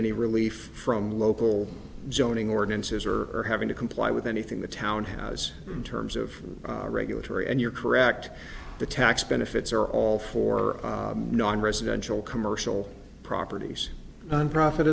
any relief from local zoning ordinances or or having to comply with anything the town has in terms of regulatory and you're correct the tax benefits are all for non residential commercial properties and profit